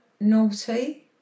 naughty